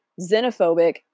xenophobic